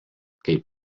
kaip